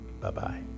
Bye-bye